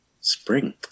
Spring